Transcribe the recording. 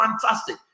Fantastic